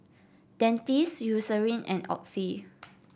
Dentiste Eucerin and Oxy